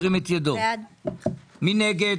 מי נגד?